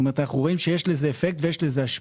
כלומר יש לזה אפקט והשפעה.